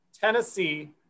Tennessee